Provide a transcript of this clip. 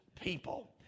people